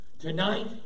Tonight